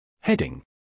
Heading